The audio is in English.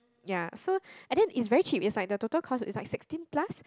ya so and then it's very cheap is like the total cost is like sixteen plus